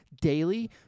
daily